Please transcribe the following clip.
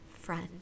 friend